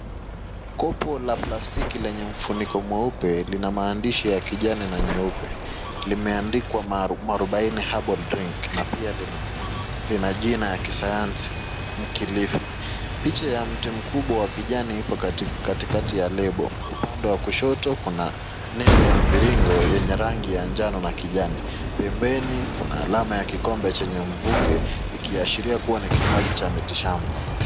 Kopo la plastiki lenye mfuniko mweupe lina maandishi ya kijani na meupe. Limeandikwa Mwaurubaine Herbal Drink na pia lina jina la kisayansi "Mkilifi". Picha ya mti mkubwa wa kijani ipo katikati ya lebo. Upande wa kushoto kuna nembo ya mviringo yenye rangi ya njano na kijani. Pembeni kuna alama ya kikombe chenye mvuke ikiashiria kuwa ni kinywaji cha mitishamba.